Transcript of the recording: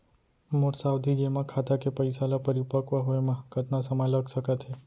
मोर सावधि जेमा खाता के पइसा ल परिपक्व होये म कतना समय लग सकत हे?